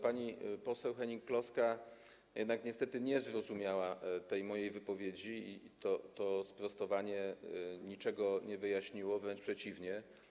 Pani poseł Hennig-Kloska jednak niestety nie zrozumiała tej mojej wypowiedzi i to sprostowanie niczego nie wyjaśniło, wręcz przeciwnie.